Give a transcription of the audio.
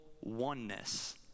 oneness